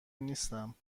نیستم